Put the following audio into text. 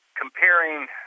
comparing